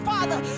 Father